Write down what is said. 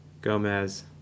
Gomez